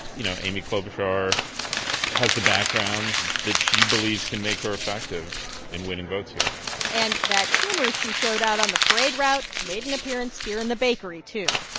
you know amy klobuchar has the background that she believes can make her effective in winning votes here and that humor she showed out on the parade route made an appearance here in the bakery, too,